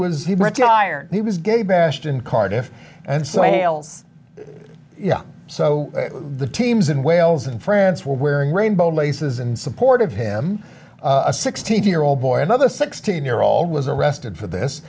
hired he was gay bashed in cardiff and sales yeah so the teams in wales and france were wearing rainbow laces and support of him a sixteen year old boy another sixteen year old was arrested for this